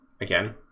again